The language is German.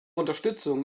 unterstützung